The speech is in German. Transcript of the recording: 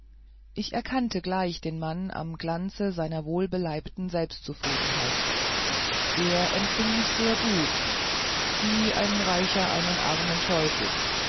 ich erkannte gleich den mann am glanze seiner wohlbeleibten selbstzufriedenheit er empfing mich sehr gut wie ein reicher einen armen teufel